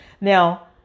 Now